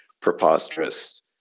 preposterous